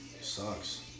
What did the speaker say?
sucks